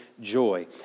joy